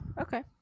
Okay